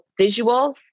visuals